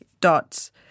dots